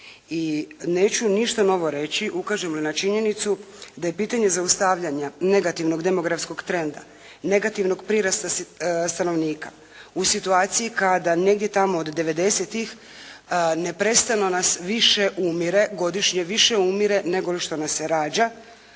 i neću ništa novo reći ukažem li na činjenicu da je pitanje zaustavljanja negativnog demografskog trenda, negativnog prirasta stanovnika u situaciji kada negdje tamo od 90-tih neprestano nas više umire, godišnje više umire negoli što nas se rađa